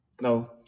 No